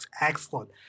excellent